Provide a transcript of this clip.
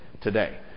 today